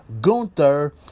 Gunther